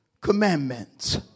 commandments